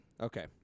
Okay